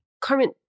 Carmen